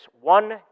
one